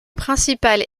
principal